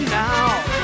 now